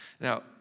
Now